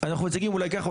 אנחנו מציגים אולי ככה,